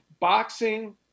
boxing